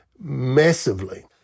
massively